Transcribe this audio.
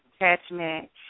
attachment